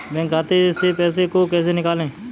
Bank खाते से पैसे को कैसे निकालें?